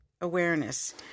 awareness